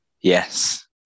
Yes